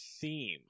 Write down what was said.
theme